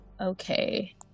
Okay